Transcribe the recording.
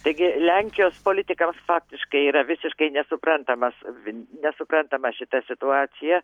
taigi lenkijos politikams faktiškai yra visiškai nesuprantamas nesuprantama šita situacija